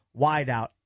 wideout